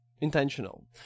intentional